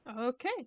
Okay